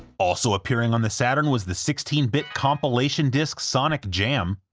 also appearing on the saturn was the sixteen bit compilation disc sonic jam,